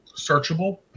searchable